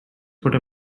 put